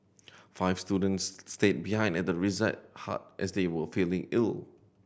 five students stayed behind at the reside hut as they were feeling ill